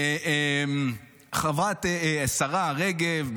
השרה רגב.